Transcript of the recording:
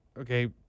okay